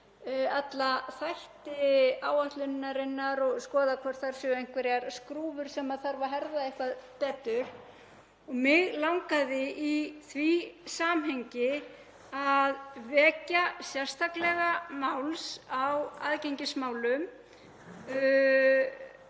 alla þætti áætlunarinnar og skoða hvort þar séu einhverjar skrúfur sem þarf að herða eitthvað betur. Mig langaði í því samhengi að vekja sérstaklega máls á aðgengismálum